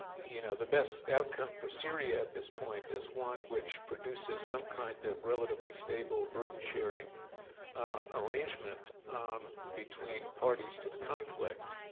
you know the best outcome for syria at this point is one which produces some kind of relatively stable burden sharing arrangement between parties to the conflict.